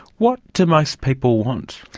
what do most people want?